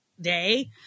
day